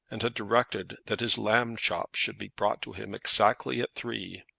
and had directed that his lamb chops should be brought to him exactly at three.